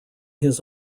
his